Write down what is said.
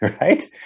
right